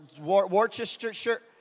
Worcestershire